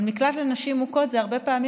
אבל מקלט לנשים מוכות זה הרבה פעמים